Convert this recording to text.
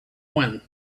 when